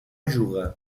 juga